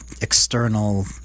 external